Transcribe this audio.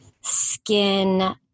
skin